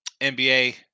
NBA